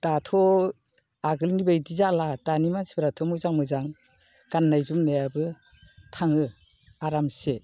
दाथ' आगोलनि बादि जाला दानि मानसिफ्राथ' मोजां मोजां गान्नाय जोमनायाबो थाङो आरामसे